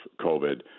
COVID